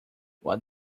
what